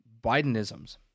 Bidenisms